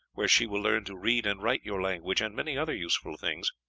where she will learn to read and write your language and many other useful things.